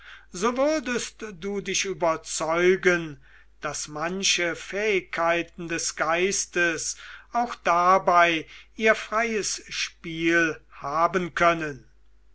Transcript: so würdest du dich überzeugen daß manche fähigkeiten des geistes auch dabei ihr freies spiel haben können